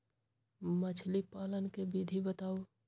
मछली पालन के विधि बताऊँ?